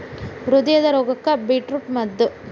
ಹೃದಯದ ರೋಗಕ್ಕ ಬೇಟ್ರೂಟ ಮದ್ದ